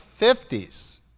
50s